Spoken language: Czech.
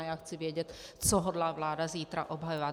Já chci vědět, co hodlá vláda zítra obhajovat.